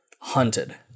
hunted